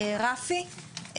רפי?